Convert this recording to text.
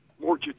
more